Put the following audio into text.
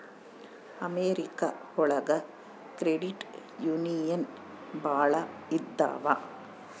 America ಒಳಗ credit union ಭಾಳ ಇದಾವ